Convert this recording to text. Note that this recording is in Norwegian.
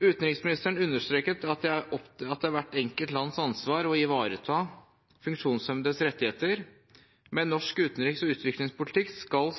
Utenriksministeren understreket at det er hvert enkelt lands ansvar å ivareta funksjonshemmedes rettigheter, men norsk utenriks- og utviklingspolitikk skal